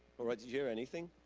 alright, did you hear anything?